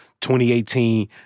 2018